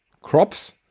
crops